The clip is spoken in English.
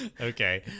okay